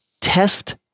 test